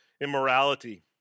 immorality